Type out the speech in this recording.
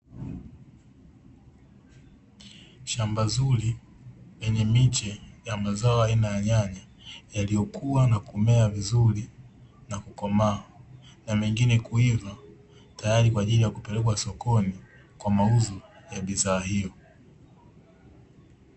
Shamba zuri lenye miche ya mazao aina ya nyanya, yaliyokua na kumea vizuri na kukomaa, na mengine kuiva tayari kwa ajili ya kupelekwa sokoni tayari kwa mauzo ya bidhaa hiyo.